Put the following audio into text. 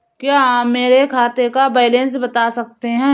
क्या आप मेरे खाते का बैलेंस बता सकते हैं?